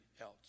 else